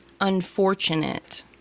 unfortunate